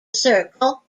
circle